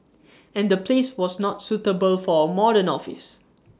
and the place was not suitable for A modern office